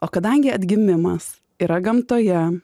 o kadangi atgimimas yra gamtoje